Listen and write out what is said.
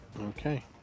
Okay